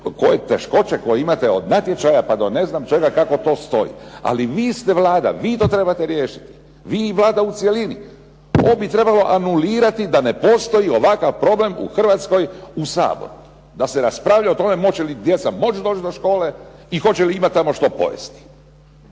sve teškoće koje imate od natječaja pa do ne znam čega kako to stoji. Ali vi ste Vlada, vi to trebate riješiti. Vi i Vlada u cjelini. Ovo bi trebalo anulirati da ne postoji ovakav problem u Hrvatskoj u Saboru, da se raspravlja o tome hoće li djeca moći do škole i hoće li imati tamo što pojesti.